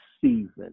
Season